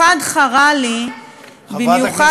מה הקשר?